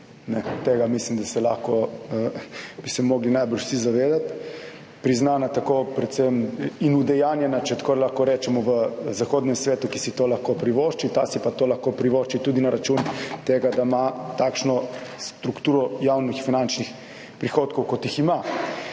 Tega bi se mogli najbrž vsi zavedati. Priznana tako predvsem in udejanjena, če tako lahko rečemo, v zahodnem svetu, ki si to lahko privošči. Ta si pa to lahko privošči tudi na račun tega, da ima takšno strukturo javno finančnih prihodkov, kot jih ima.